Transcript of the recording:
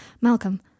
Malcolm